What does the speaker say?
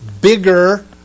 bigger